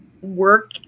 work